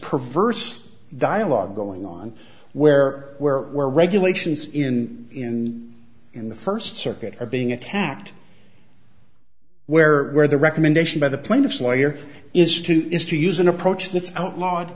perverse dialogue going on where where where regulations in and in the first circuit are being attacked where were the recommendation by the plaintiff's lawyer is to is to use an approach that's outlawed